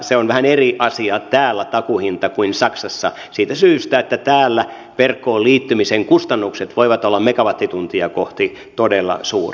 se takuuhinta on vähän eri asia täällä kuin saksassa siitä syystä että täällä verkkoon liittymisen kustannukset voivat olla megawattituntia kohti todella suuret